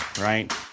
right